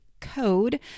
code